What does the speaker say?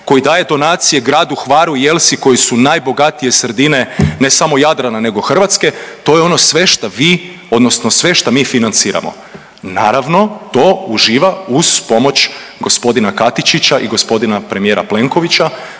koji daje donacije gradu Hvaru i Jelsi koji su najbogatije sredine ne samo Jadrana nego Hrvatske, to je ono sve šta vi odnosno sve šta mi financirano, naravno to uživa uz pomoć g. Katičića i g. premijera Plenkovića.